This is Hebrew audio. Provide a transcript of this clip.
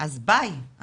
אז ביי,